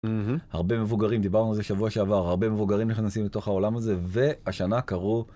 הרבה מבוגרים דיברנו על זה שבוע שעבר הרבה מבוגרים נכנסים לתוך העולם הזה והשנה קרו.